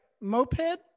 moped